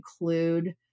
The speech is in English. include